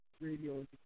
Radio